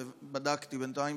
ובדקתי בינתיים,